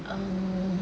um